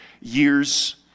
years